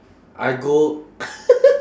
I go